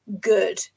good